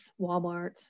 Walmart